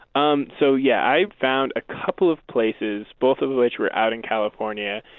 um so yeah i found a couple of places, both of which are out in california,